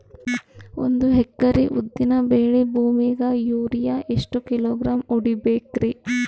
ಒಂದ್ ಎಕರಿ ಉದ್ದಿನ ಬೇಳಿ ಭೂಮಿಗ ಯೋರಿಯ ಎಷ್ಟ ಕಿಲೋಗ್ರಾಂ ಹೊಡೀಬೇಕ್ರಿ?